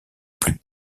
plus